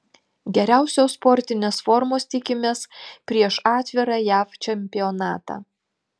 geriausios sportinės formos tikimės prieš atvirą jav čempionatą